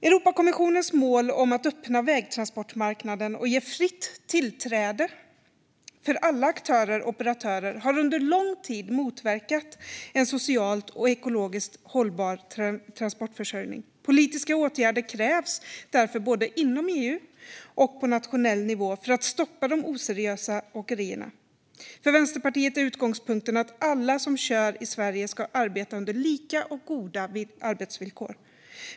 Europakommissionens mål om att öppna vägtransportmarknaden och ge fritt tillträde för alla aktörer och operatörer har under lång tid motverkat en socialt och ekologiskt hållbar transportförsörjning. Politiska åtgärder krävs därför både inom EU och på nationell nivå för att stoppa de oseriösa åkerierna. För Vänsterpartiet är utgångspunkten att alla som kör i Sverige ska arbeta under lika och goda arbetsvillkor.